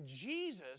Jesus